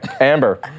Amber